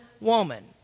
woman